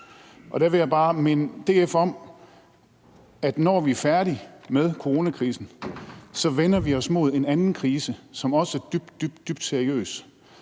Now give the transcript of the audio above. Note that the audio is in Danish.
Og der vil jeg bare minde DF om, at når vi er færdige med coronakrisen, vender vi os mod en anden krise, som også er dybt, dybt seriøs,